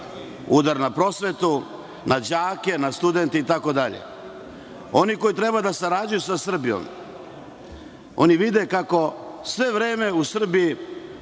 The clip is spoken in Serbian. udar na prosvetu, na đake, na studente itd. Oni koji treba da sarađuju sa Srbijom, oni vide kako sve vreme u Srbiji